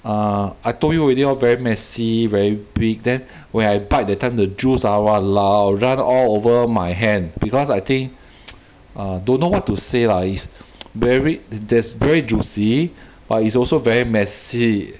err I told you already lor very messy very big then when I bite that time the juice ah !walao! run all over my hand because I think err don't know what to say lah it's very there's very juicy but it's also very messy